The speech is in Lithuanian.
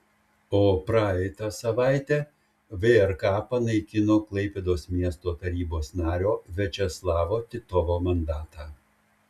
o praeitą savaitę vrk panaikino klaipėdos miesto tarybos nario viačeslavo titovo mandatą